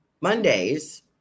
Monday's